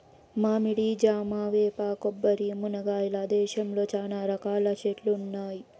మామిడి, జామ, వేప, కొబ్బరి, మునగ ఇలా దేశంలో చానా రకాల చెట్లు ఉన్నాయి